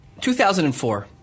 2004